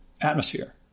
atmosphere